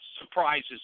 surprises